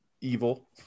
evil